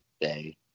day